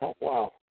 wow